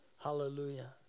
Hallelujah